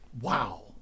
wow